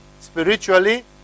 spiritually